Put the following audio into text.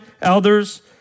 elders